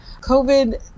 COVID